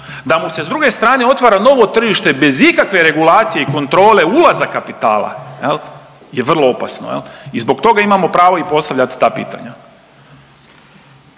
da mu se s druge strane otvara novo tržište bez ikakve regulacije i kontrole ulaza kapitala je vrlo opasno i zbog toga imamo pravo i postavljati ta pitanja.